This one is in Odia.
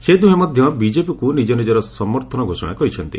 ସେ ଦୁହେଁ ମଧ୍ୟ ବିକେପିକୁ ନିକର ସମର୍ଥନ ଘୋଷଣା କରିଛନ୍ତି